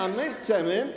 A my chcemy.